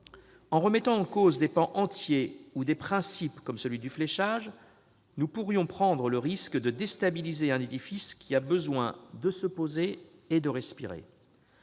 En remettant en cause des pans entiers de ces textes ou des principes comme celui du fléchage, nous pourrions prendre le risque de déstabiliser un édifice qui a besoin de se poser et de respirer.